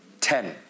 Ten